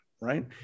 right